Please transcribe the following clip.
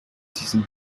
diesem